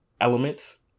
elements